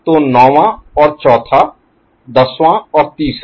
तो नौंवां और चौथा दसवां और तीसरा